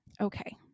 Okay